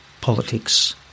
politics